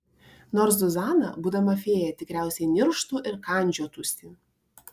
nors zuzana būdama fėja tikriausiai nirštų ir kandžiotųsi